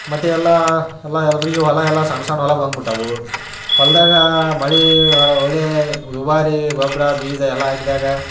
ಮತ್ತು ಎಲ್ಲ ಎಲ್ಲ ಎಲ್ಲರಿಗೆ ಹೊಲ ಎಲ್ಲ ಸಣ್ಣ ಸಣ್ಣ ಹೊಲ ಬಂದ್ಬಿಟ್ಟಾವು ಹೊಲದಾಗ ಮಳೆ ಒಳ್ಳೆ ದುಬಾರಿ ಗೊಬ್ಬರ ಬೀಜ ಎಲ್ಲ ಹಾಕ್ದಾಗ